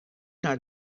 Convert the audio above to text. naar